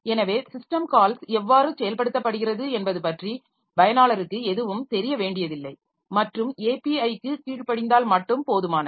எனவே system calls எவ்வாறு செயல்படுத்தப்படுகிறது என்பது பற்றி பயனாளருக்கு எதுவும் தெரியவேண்டியதில்லை மற்றும் API க்கு கீழ்ப்படிந்தால் மட்டும் போதுமானது